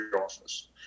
office